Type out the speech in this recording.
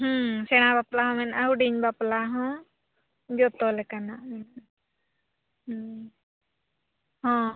ᱦᱮᱸ ᱥᱮᱬᱟ ᱵᱟᱯᱞᱟ ᱦᱚᱸ ᱢᱮᱱᱟᱜᱼᱟ ᱦᱩᱰᱤᱧ ᱵᱟᱯᱞᱟ ᱦᱚᱸ ᱡᱚᱛᱚ ᱞᱮᱠᱟᱱᱟᱜ ᱦᱮᱸ ᱦᱮᱸ